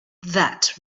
that